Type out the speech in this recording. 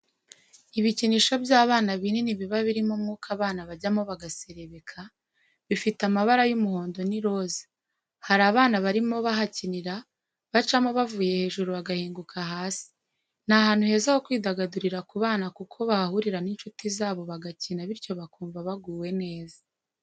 Ibikinisho by'abana binini biba birimo umwuka abana bajyamo bagaserebeka, bifite amabara y'umuhondo n'iroza hari abana barimo bahakinira bacamo bavuye hejuru bagahinguka hasi ni ahantu heza ho kwidagadurira ku bana kuko bahahurira n'inshuti zabo bagakina bityo bakumva baguwe neza.